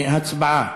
הצבעה.